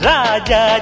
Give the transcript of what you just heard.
Raja